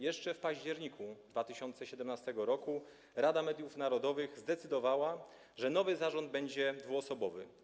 Jeszcze w październiku 2017 r. Rada Mediów Narodowych zdecydowała, że nowy zarząd będzie dwuosobowy.